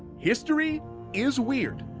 history is weird.